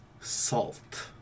salt